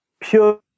pure